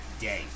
day